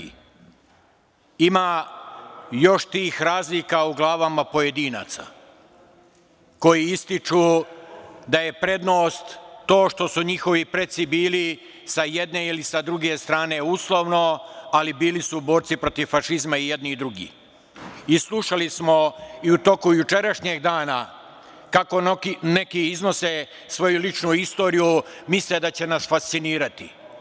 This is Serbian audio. Ima još tih razlika u glavama pojedinaca koji ističu da je prednost to što su njihovi preci bili sa jedne ili sa druge strane uslovno, ali bili su borci protiv fašizma i jedni i drugi i slušali smo i u toku jučerašnjeg dana kako neki iznose svoju ličnu istoriju, misle da će nas fascinirati.